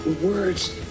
Words